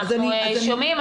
אנחנו שומעים,